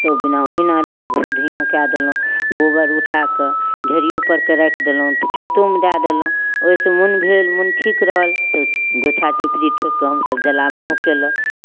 तऽ बिना ओहिना रहल घूर धुइआँ कए देलहुँ गोबर उठाए कऽ ढेरिओपर केँ राखि देलहुँ खेतोमे दए देलहुँ ओहिसँ मोन भेल मोन ठीक रहल तऽ गोइठा चिपड़ी ठोकि कऽ हमसभ जलावनो कयलहुँ